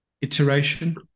iteration